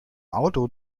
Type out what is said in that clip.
auto